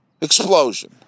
Explosion